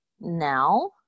now